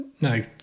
no